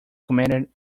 commented